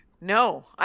no